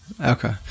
Okay